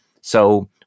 So-